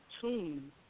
tune